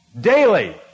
daily